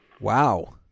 Wow